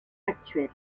actuelle